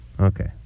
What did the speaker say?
Okay